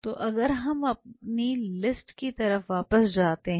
तो अगर हम अपनी लिस्ट की तरफ वापस जाते हैं